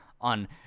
on